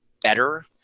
better